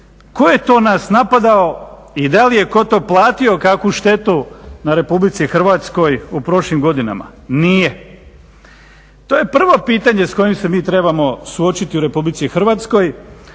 tko je to nas napadao i da li je tko to platio kakvu štetu na Republici Hrvatskoj u prošlim godinama. Nije. To je prvo pitanje s kojim s mi trebamo suočiti u Republici Hrvatskoj